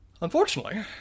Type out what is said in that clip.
Unfortunately